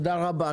תודה רבה.